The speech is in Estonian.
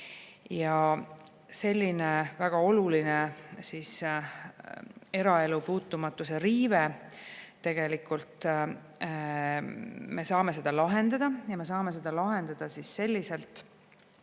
Selline väga oluline eraelu puutumatuse riive. Tegelikult me saame seda lahendada ja me saame seda lahendada selliselt,